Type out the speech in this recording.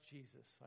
Jesus